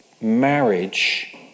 marriage